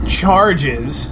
charges